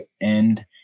end